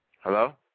Hello